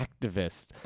activists